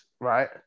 right